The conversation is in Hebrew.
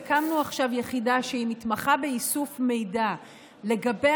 הקמנו עכשיו יחידה שמתמחה באיסוף מידע לגבי